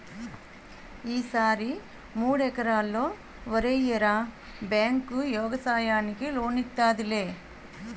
ఈ సారి మూడెకరల్లో వరెయ్యరా బేంకు యెగసాయానికి లోనిత్తాదిలే